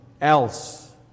else